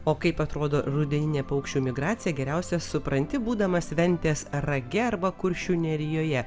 o kaip atrodo rudeninė paukščių migracija geriausiai supranti būdamas ventės rage arba kuršių nerijoje